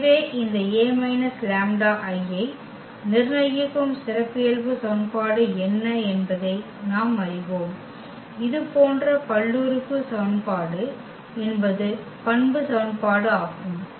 எனவே இந்த A λI ஐ நிர்ணயிக்கும் சிறப்பியல்பு சமன்பாடு என்ன என்பதை நாம் அறிவோம் இது போன்ற பல்லுறுப்புறுப்பு சமன்பாடு என்பது பண்பு சமன்பாடு ஆகும்